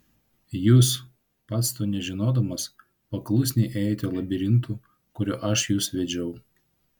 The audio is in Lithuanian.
jūs pats to nežinodamas paklusniai ėjote labirintu kuriuo aš jus vedžiau